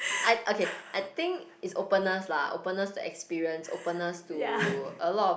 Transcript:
I okay I think it's openness lah openness to experience openness to a lot of